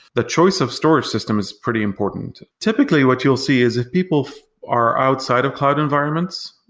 the choice of store system is pretty important. typically, what you'll see is if people are outside of cloud environments,